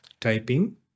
typing